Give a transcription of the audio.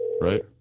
Right